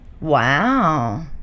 wow